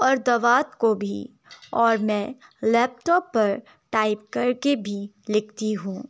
اور دوات کو بھی اور میں لیپٹاپ پر ٹائپ کر کے بھی لکھتی ہوں